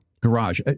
garage